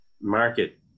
Market